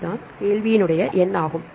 இது தான் கேள்வினுடைய எண் ஆகும்